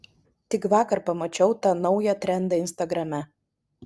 tik vakar pamačiau tą naują trendą instagrame